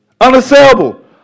Unassailable